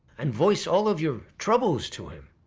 and voice all of your troubles to him,